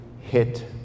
hit